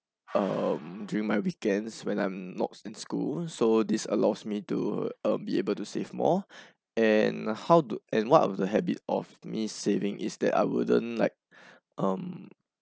um during my weekends when I'm not in school so this allows me to uh be able to save more and how to and one of the habit of me saving is that I wouldn't like um